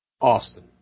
Austin